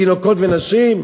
תינוקות ונשים?